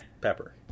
Pepper